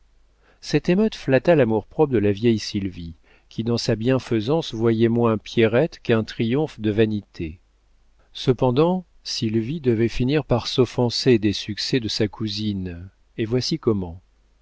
cette émeute flatta l'amour-propre de la vieille sylvie qui dans sa bienfaisance voyait moins pierrette qu'un triomphe de vanité cependant sylvie devait finir par s'offenser des succès de sa cousine et voici comment